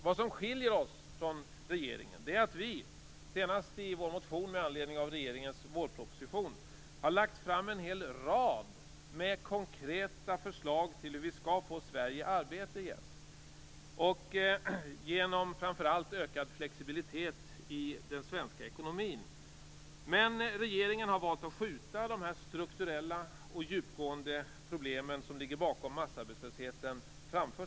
Vad som skiljer oss från regeringen är att vi, senast i vår motion med anledning av regeringens vårproposition, har lagt fram en rad konkreta förslag om hur vi skall få Sverige i arbete igen - framför allt genom ökad flexibilitet i den svenska ekonomin. Regeringen har dock valt att skjuta framför sig de strukturella och djupgående problem som ligger bakom massarbetslösheten.